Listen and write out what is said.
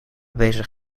bezig